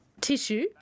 tissue